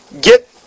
Get